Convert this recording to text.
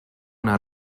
una